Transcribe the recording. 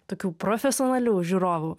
tokių profesionalių žiūrovų